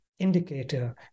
indicator